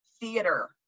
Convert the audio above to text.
theater